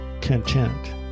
content